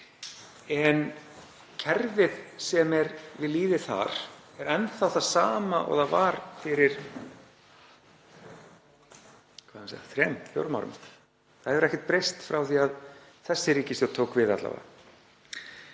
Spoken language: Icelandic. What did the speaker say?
En kerfið sem er við lýði þar er enn þá það sama og það var fyrir þremur, fjórum árum. Það hefur ekkert breyst frá því að þessi ríkisstjórn tók við alla vega.